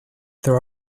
there